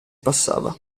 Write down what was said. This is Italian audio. passava